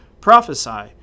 Prophesy